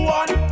one